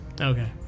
Okay